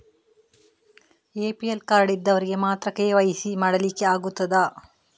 APL card ಇದ್ದವರಿಗೆ ಮಾತ್ರ KYC ಮಾಡಲಿಕ್ಕೆ ಆಗುತ್ತದಾ?